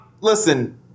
Listen